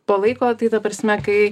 po laiko tai ta prasme kai